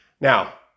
Now